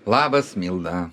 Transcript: labas milda